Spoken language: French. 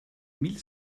mille